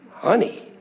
Honey